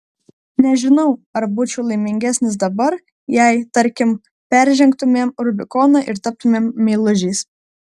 nežinau ar būčiau laimingesnis dabar jei tarkim peržengtumėm rubikoną ir taptumėm meilužiais